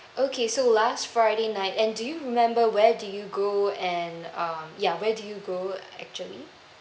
okay so last friday night and do you remember where did you go and um ya where did you go actually